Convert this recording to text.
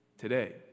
today